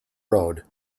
road